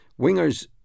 wingers